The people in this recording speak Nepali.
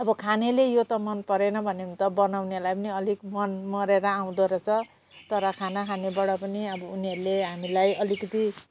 अब खानेले यो त मनपरेन भन्यो भने त बनाउनेलाई पनि अलिक मन मरेर आउँदोरहेछ तर खाना खानबाट पनि अब उनीहरूले हामीलाई अलिकति